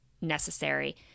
necessary